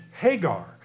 Hagar